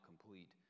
complete